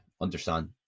understand